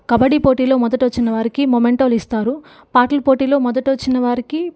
కబడ్డీ పోటీలో మొదట వచ్చిన వారికి మొమెంటోలు ఇస్తారు పాటల పోటీలో మొదట వచ్చిన వారికి